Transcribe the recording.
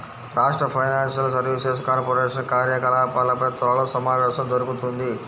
రాష్ట్ర financial services corporation కార్యకలాపాలపై త్వరలో సమావేశం జరుగుతుంది